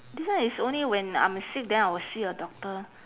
this one is only when I'm sick then I'll see a doctor